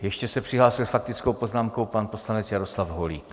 A ještě se přihlásil s faktickou poznámkou pan poslanec Jaroslav Holík.